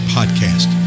Podcast